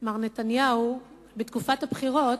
מר נתניהו בתקופת הבחירות,